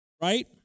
right